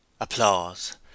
Applause